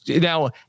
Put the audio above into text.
Now